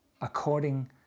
according